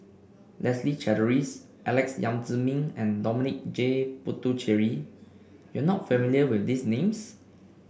Leslie Charteris Alex Yam Ziming and Dominic J Puthucheary you are not familiar with these names